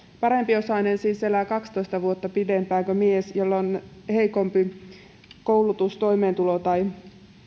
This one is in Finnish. parempiosainen siis elää kaksitoista vuotta pidempään kuin mies jolla on heikompi koulutus toimeentulo tai